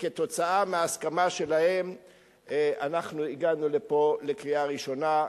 וכתוצאה מההסכמה שלהם הגענו לפה לקריאה הראשונה.